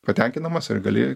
patenkinamas ir gali